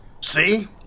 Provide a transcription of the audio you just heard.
See